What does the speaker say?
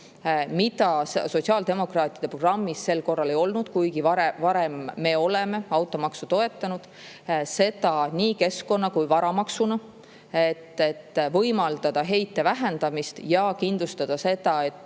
sotsiaaldemokraatide programmis sel korral ei olnud, kuigi varem me oleme automaksu toetanud, seda nii keskkonna- kui ka varamaksuna, et võimaldada heite vähendamist ja kindlustada seda, et